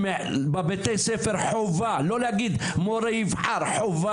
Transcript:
שיהיה חובה, בבתי הספר, ולא לתת למורה לבחור.